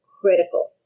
critical